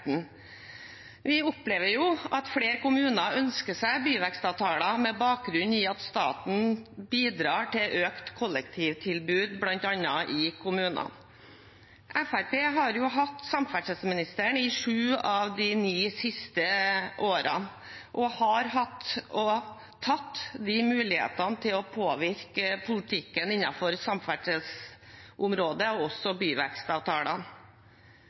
Vi opplever at flere kommuner ønsker seg byvekstavtaler, med bakgrunn i at staten bidrar til bl.a. økt kollektivtilbud i kommunene. Fremskrittspartiet har hatt samferdselsministeren i sju av de ni siste årene og har hatt og har tatt mulighetene til å påvirke politikken innenfor samferdselsområdet, også byvekstavtalene.